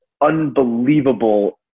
unbelievable